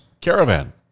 caravan